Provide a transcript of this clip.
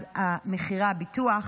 אז מחירי הביטוח